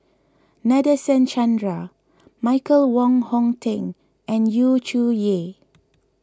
Nadasen Chandra Michael Wong Hong Teng and Yu Zhuye